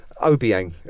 Obiang